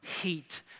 heat